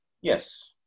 Yes